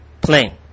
plane